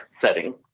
setting